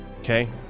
Okay